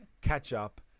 ketchup